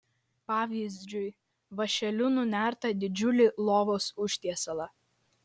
pavyzdžiui vąšeliu nunertą didžiulį lovos užtiesalą